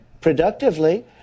productively